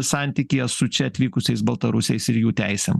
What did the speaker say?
santykyje su čia atvykusiais baltarusiais ir jų teisėm